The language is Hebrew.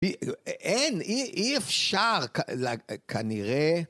אין, אי אפשר כנראה.